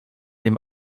dem